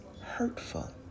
hurtful